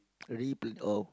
re pl~ oh